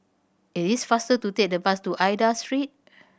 it is faster to take the bus to Aida Street